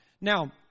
Now